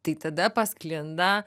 tai tada pasklinda